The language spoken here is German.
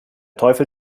teufel